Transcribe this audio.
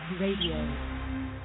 Radio